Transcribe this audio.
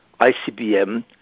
ICBM